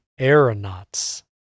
Aeronauts